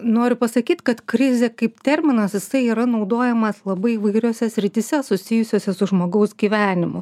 noriu pasakyt kad krizė kaip terminas jisai yra naudojamas labai įvairiose srityse susijusiose su žmogaus gyvenimu